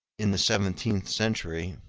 in the seventeenth century